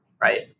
right